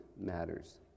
matters